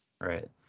right